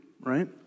right